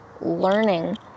learning